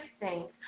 thanks